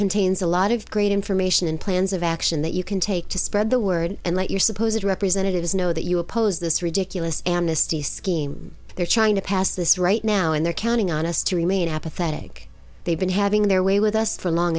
contains a lot of great and formation and plans of action that you can take to spread the word and let your supposed representatives know that you oppose this ridiculous amnesty scheme they're trying to pass this right now and they're counting on us to remain apathetic they've been having their way with us for long